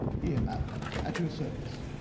here, madam, at your service.